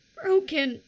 broken